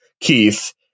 Keith